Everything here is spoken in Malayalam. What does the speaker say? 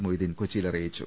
മൊയ്തീൻ കൊച്ചിയിൽ അറിയിച്ചു